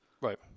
right